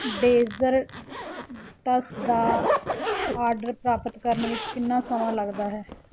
deserts ਦਾ order ਪ੍ਰਾਪਤ ਕਰਨ ਵਿੱਚ ਕਿੰਨਾ ਸਮਾਂ ਲੱਗਦਾ ਹੈ